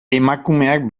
emakumeak